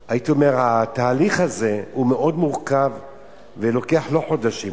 התהליך הזה הוא מאוד מורכב ולוקח לא חודשים,